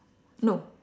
no